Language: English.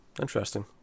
interesting